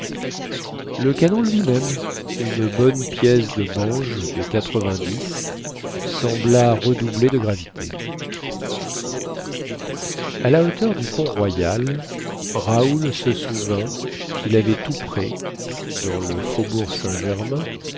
le canon lui-même une bonne pièce de bange de sembla redoubler de gravité à la hauteur du pont royal raoul se souvint quil avait tout près dans le faubourg saint-germain